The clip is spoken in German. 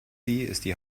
die